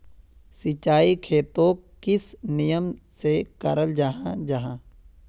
सिंचाई खेतोक किस नियम से कराल जाहा जाहा?